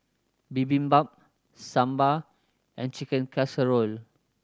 Bibimbap Sambar and Chicken Casserole